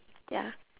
ya